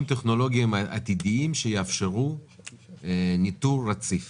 טכנולוגיים עתידיים שיאפשרו ניטור רציף